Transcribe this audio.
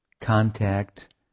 contact